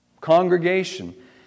Congregation